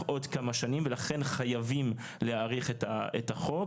עוד כמה שנים ולכן חייבים להאריך את החוק,